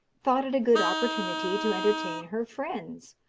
thought it a good opportunity to entertain her friends,